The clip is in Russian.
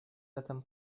этом